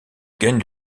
gagne